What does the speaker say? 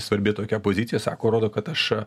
svarbi tokia pozicija sako rodo kad aš